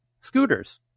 scooters